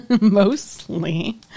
Mostly